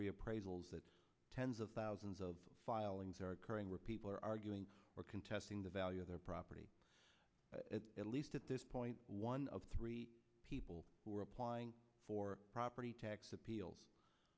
appraisals that tens of thousands of filings are occurring where people are arguing or contesting the value of their property at least at this point one of three people who are applying for property tax appeals